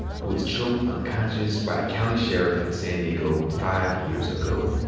who was choked unconscious by a county sheriff in san diego five years ago.